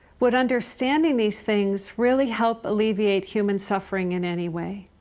would understanding these things really help alleviate human suffering in any way,